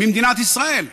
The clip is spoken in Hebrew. ממדינת ישראל,